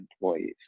employees